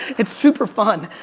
it's super fun.